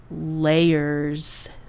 layers